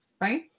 right